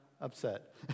upset